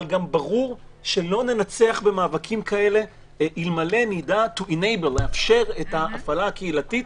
אבל גם ברור שלא ננצח במאבקים כאלה אלמלא נדע לאפשר את ההפעלה הקהילתית,